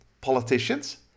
politicians